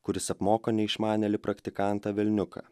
kuris apmoko neišmanėlį praktikantą velniuką